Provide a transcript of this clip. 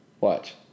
Watch